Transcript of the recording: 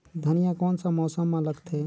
धनिया कोन सा मौसम मां लगथे?